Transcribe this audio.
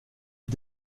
est